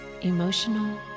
emotional